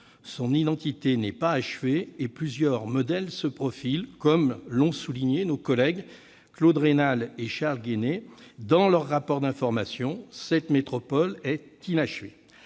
Son identité n'est pas achevée, et plusieurs modèles se profilent, comme l'ont souligné mes collègues Claude Raynal et Charles Guené dans leur rapport d'information. « Affaire d'hommes